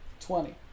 Twenty